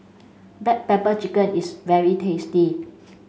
black pepper chicken is very tasty